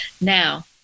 Now